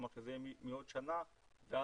כלומר שזה יהיה מעוד שנה ועד